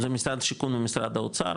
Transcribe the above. זה משרד השיכון ומשרד האוצר,